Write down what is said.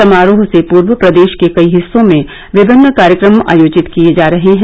समारोह से पूर्व प्रदेश के कई हिस्सों में विभिन्न कार्यक्रम आयोजित किए जा रहे हैं